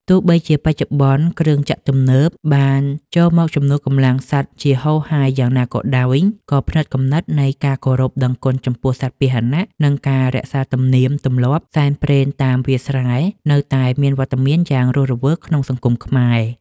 ទោះបីជាបច្ចុប្បន្ន គ្រឿងចក្រទំនើបៗបានចូលមកជំនួសកម្លាំងសត្វជាហូរហែយ៉ាងណាក៏ដោយ ក៏ផ្នត់គំនិតនៃការគោរពដឹងគុណចំពោះសត្វពាហនៈ និងការរក្សាទំនៀមទម្លាប់សែនព្រេនតាមវាលស្រែនៅតែមានវត្តមានយ៉ាងរស់រវើកក្នុងសង្គមខ្មែរ។